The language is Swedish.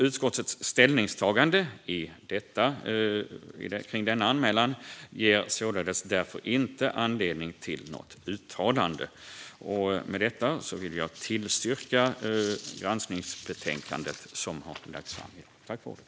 Utskottets ställningstagande kring denna anmälan ger således inte anledning till något uttalande. Statsråds tjänsteutöv-ning: vissa ärenden